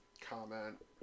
comment